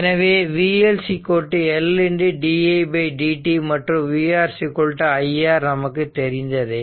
எனவே vL L di dt மற்றும் vR I R நமக்கு தெரிந்ததே